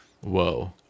Whoa